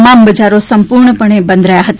તમામ બજારો સંપૂર્ણ બંધ રહ્યા હતા